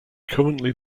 currently